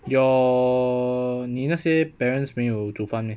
your 你那些 parents 没有煮饭 meh